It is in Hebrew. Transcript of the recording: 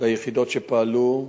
ליחידות שפעלו.